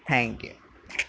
thank you